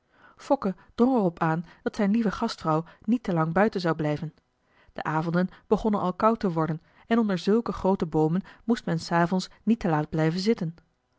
er op aan dat zijn lieve gastvrouw niet te lang buiten zou blijven de avonden begonnen al koud te worden en onder zulke groote boomen moest men s avonds niet te laat blijven zitten